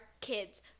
kids